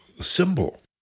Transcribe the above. symbol